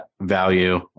value